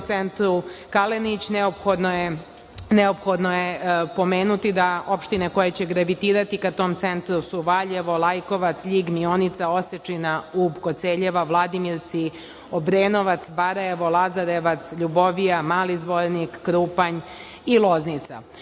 centru Kalenić, neophodno je pomenuti da opštine koje će gravitirati ka tom centru su Valjevo, Lajkovac, Ljig, Mionica, Osečina, Ub, Koceljeva, Vladimirci, Obrenovac, Barajevo, Lazarevac, Ljubovija, Mali Zvornik, Krupanj i Loznica.